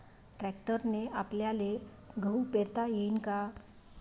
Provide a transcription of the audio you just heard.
ट्रॅक्टरने आपल्याले गहू पेरता येईन का?